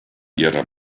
ihrer